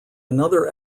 another